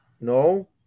no